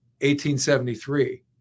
1873